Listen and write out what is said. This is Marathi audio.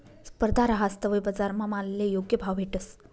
स्पर्धा रहास तवय बजारमा मालले योग्य भाव भेटस